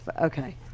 Okay